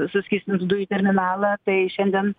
suskystintų dujų terminalą tai šiandien